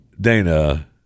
Dana